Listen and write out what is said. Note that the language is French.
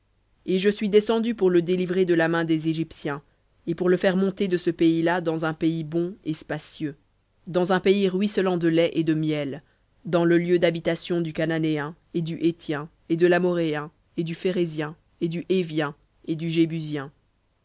et je suis descendu pour le délivrer de la main des égyptiens et pour le faire monter de ce pays-là dans un pays bon et spacieux dans un pays ruisselant de lait et de miel dans le lieu d'habitation du cananéen et du héthien et de l'amoréen et du phérézien et du hévien et du